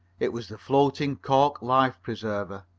it was the floating cork life-preserver,